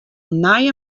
nije